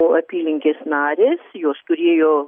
o apylinkės narės jos turėjo